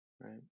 Right